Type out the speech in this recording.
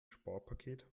sparpaket